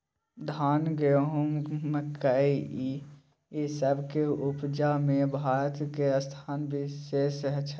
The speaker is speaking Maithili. धान, गहूम, मकइ, ई सब के उपजा में भारत के स्थान विशेष छै